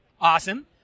Awesome